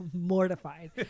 Mortified